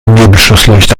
nebelschlussleuchte